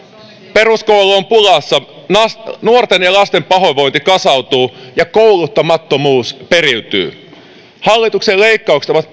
peruskoulu on pulassa nuorten ja lasten pahoinvointi kasautuu ja kouluttamattomuus periytyy hallituksen leikkaukset ovat